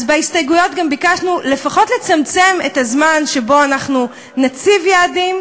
אז בהסתייגויות גם ביקשנו לפחות לצמצם את הזמן שבו אנחנו נציב יעדים,